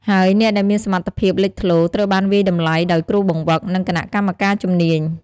ហើយអ្នកដែលមានសមត្ថភាពលេចធ្លោ ត្រូវបានវាយតម្លៃដោយគ្រូបង្វឹក និងគណៈកម្មការជំនាញ។